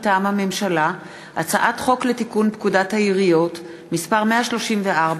מטעם הממשלה: הצעת חוק לתיקון פקודת העיריות (מס' 134)